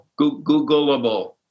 Googleable